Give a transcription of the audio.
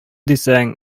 дисәң